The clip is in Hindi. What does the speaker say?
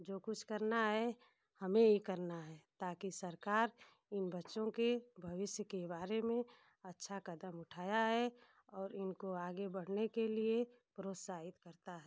जो कुछ करना है हमें ही करना है ताकि सरकार इन बच्चों के भविष्य के बारे में अच्छा कदम उठाया है और इनको आगे बढ़ने के लिए प्रोत्साहित करता है